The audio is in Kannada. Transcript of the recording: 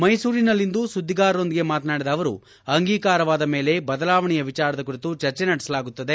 ಮೈಸೂರಿನಲ್ಲಿಂದು ಸುದ್ದಿಗಾರರೊಂದಿಗೆ ಮಾತನಾಡಿದ ಅವರು ಅಂಗೀಕಾರವಾದ ಮೇಲೆ ಬದಲಾವಣೆಯ ವಿಚಾರದ ಕುರಿತು ಚರ್ಚೆ ನಡೆಸಲಾಗುತ್ತದೆ